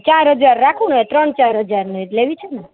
ચાર હજાર રાખું ને ત્રણ ચાર હજારની જ લેવી છે ને